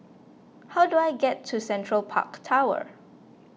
how do I get to Central Park Tower